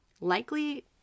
Likely